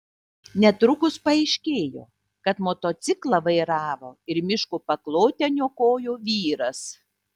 netrukus paaiškėjo kad motociklą vairavo ir miško paklotę niokojo vyras